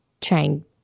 trying